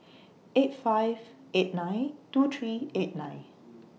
eight five eight nine two three eight nine